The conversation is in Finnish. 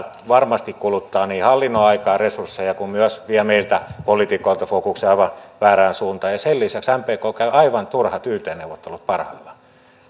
varmasti kuluttaa hallinnon aikaa ja resursseja samoin kuin vie meiltä poliitikoilta fokuksen aivan väärään suuntaan ja sen lisäksi mpk käy aivan turhat yt neuvottelut parhaillaan